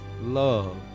love